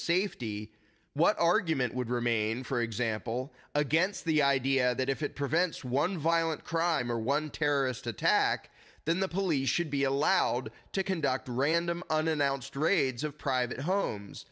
safety what argument would remain for example against the idea that if it prevents one violent crime or one terrorist attack then the police should be allowed to conduct random unannounced raids of private homes